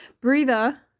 breather